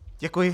Děkuji.